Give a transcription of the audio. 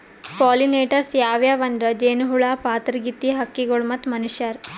pollinators ಯಾವ್ಯಾವ್ ಅಂದ್ರ ಜೇನಹುಳ, ಪಾತರಗಿತ್ತಿ, ಹಕ್ಕಿಗೊಳ್ ಮತ್ತ್ ಮನಶ್ಯಾರ್